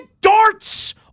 darts